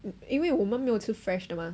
因为我们没有吃 fresh 的吗